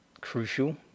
crucial